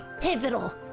pivotal